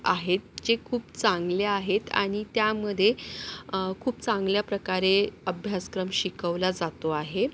आहेत जे खूप चांगले आहेत आणि त्यामध्ये खूप चांगल्या प्रकारे अभ्यासक्रम शिकवला जातो आहे